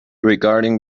regarding